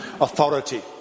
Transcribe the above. authority